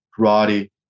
karate